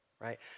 right